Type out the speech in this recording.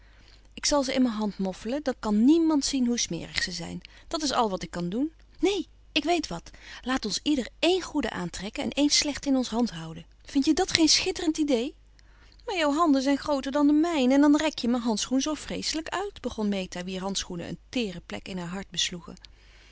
ik zal ze in mijn hand moffelen dan kan niemand zien hoe smerig ze zijn dat is al wat ik kan doen neen ik weet wat laat ons ieder één goeden aantrekken en een slechten in onze hand houden vind je dat geen schitterend idee maar jou handen zijn grooter dan de mijne en dan rek je mijn handschoen zoo vreeselijk uit begon meta wier handschoenen een teere plek in haar hart besloegen